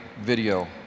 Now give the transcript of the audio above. video